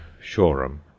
Shoreham